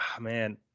man